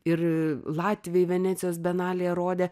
ir latviai venecijos bienalėje rodė